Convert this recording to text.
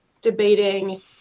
debating